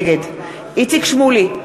נגד איציק שמולי,